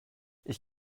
ich